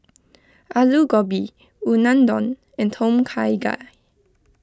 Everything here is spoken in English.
Alu Gobi Unadon and Tom Kha Gai